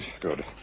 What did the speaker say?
good